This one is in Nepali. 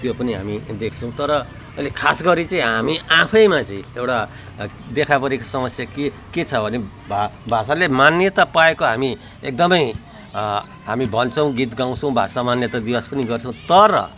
त्यो पनि हामी देख्छौँ तर अहिले खास गरी चाहिँ हामी आफैमा चाहिं एउटा देखापरेको समस्या के के छ भने भा भाषाले मान्यता पाएको हामी एकदमै हामी भन्छौँ गीत गाउँछौँ भाषा मान्यता दिवस पनि गर्छौँ तर